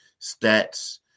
stats